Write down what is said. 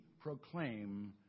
proclaim